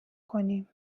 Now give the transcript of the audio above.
کنیم